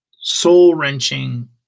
soul-wrenching